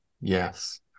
Yes